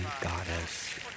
goddess